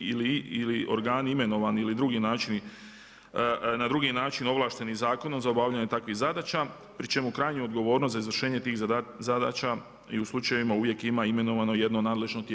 ili organi imenovani ili drugi načini, na drugi način ovlašteni zakonom za obavljanje takvih zadaća pri čemu krajnju odgovornost za izvršenje tih zadaća i u slučajevima uvijek ima imenovano jedno nadležno tijelo.